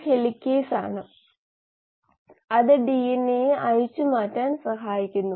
ഒരു സമവാക്യം കൂടി ഇത് സമ്പൂർണ്ണതയ്ക്കാണ് തുടർന്ന് നമ്മൾ മുന്നോട്ട് പോകും